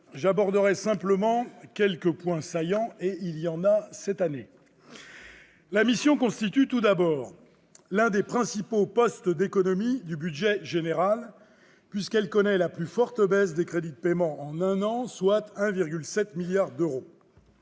d'aborder quelques points saillants, et il y en a cette année ! La mission constitue tout d'abord l'un des principaux postes d'économie du budget général, puisqu'elle connaît la plus forte baisse de crédits de paiement en un an, soit 1,7 milliard d'euros.